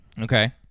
Okay